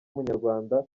umunyarwanda